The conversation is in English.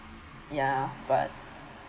ya but